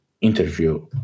interview